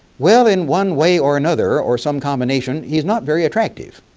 well in one way or another or some combination, he's not very attractive.